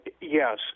Yes